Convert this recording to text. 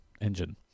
engine